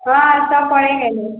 हॅं सब पढ़े गेलहुॅं